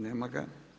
Nema ga.